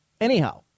Anyhow